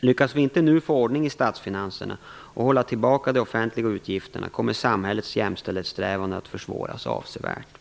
Lyckas vi inte nu få ordning i statsfinanserna och hålla tillbaka de offentliga utgifterna, kommer samhällets jämställdhetssträvanden att försvåras avsevärt.